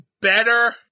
better